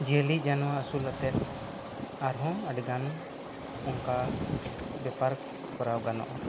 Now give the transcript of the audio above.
ᱡᱤᱭᱟᱹᱞᱤ ᱡᱟᱱᱣᱟᱨ ᱟᱹᱥᱩᱞ ᱟᱛᱮᱫ ᱟᱨᱦᱚᱸ ᱟᱹᱰᱤᱜᱟᱱ ᱚᱱᱠᱟ ᱵᱮᱯᱟᱨ ᱠᱚᱨᱟᱣ ᱜᱟᱱᱚᱜᱼᱟ